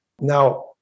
now